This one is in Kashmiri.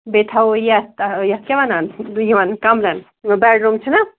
بیٚیہِ تھاوَو یَتھ آ یَتھ کیٛاہ وَنان یِمَن کَمرَن یِمن بیٚڈ روٗم چھِنا